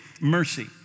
mercy